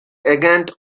against